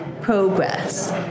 progress